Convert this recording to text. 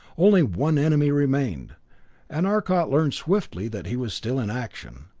only one enemy remained and arcot learned swiftly that he was still in action,